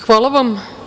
Hvala vam.